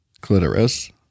clitoris